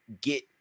get